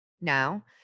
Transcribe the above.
Now